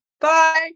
Bye